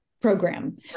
program